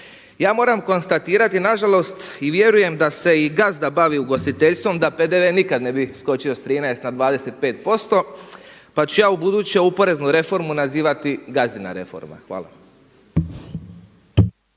Ja moram konstatirati nažalost i vjerujem da se i gazda bavi ugostiteljstvo da PDV nikada ne bi skočio sa 13 na 25% pa ću ja ubuduće ovu poreznu reformu nazivati gazdina reforma. Hvala.